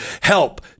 help